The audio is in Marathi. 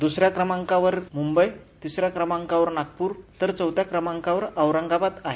दुसऱ्या क्रमाकावर मुंबई तिसऱ्या क्रमांकावर नागपूर तर चौथ्या क्रमांकावर औरंगाबाद आहे